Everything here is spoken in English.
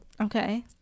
Okay